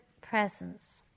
presence